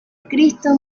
cristo